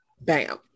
Bam